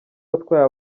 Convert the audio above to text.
watwaye